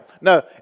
No